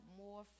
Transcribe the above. more